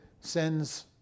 sends